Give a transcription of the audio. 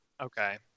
okay